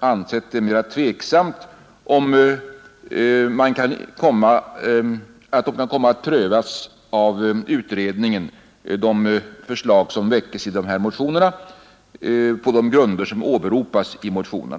ansett det tveksamt om de förslag som framförs i motionerna kan prövas av utredningen på de grunder som åberopas i motionerna.